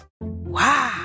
Wow